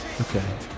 Okay